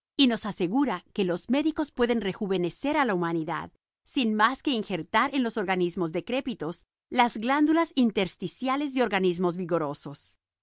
y nos asegura que los médicos pueden rejuvenecer a la humanidad sin más que injertar en los organismos decrépitos las glándulas intersticiales de organismos vigorosos